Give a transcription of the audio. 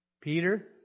Peter